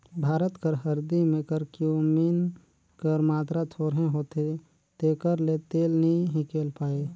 भारत कर हरदी में करक्यूमिन कर मातरा थोरहें होथे तेकर ले तेल नी हिंकेल पाए